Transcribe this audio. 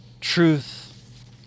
truth